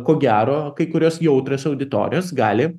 ko gero kai kurios jautrios auditorijos gali